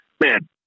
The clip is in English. man